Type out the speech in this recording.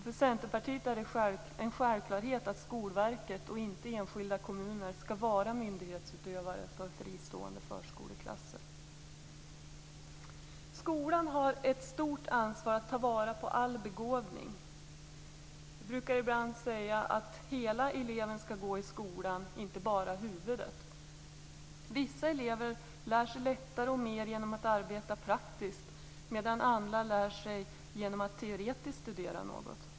För Centerpartiet är det en självklarhet att Skolverket och inte enskilda kommuner skall vara myndighetsutövande för fristående förskoleklasser. Skolan har ett stort ansvar för att ta vara på all begåvning. Vi brukar ibland säga att hela eleven skall gå i skolan, inte bara huvudet. Vissa elever lär sig lättare och mer genom att arbeta praktiskt medan andra lär sig genom att teoretiskt studera något.